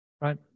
right